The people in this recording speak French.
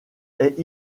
est